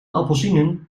appelsienen